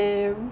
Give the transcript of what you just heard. ya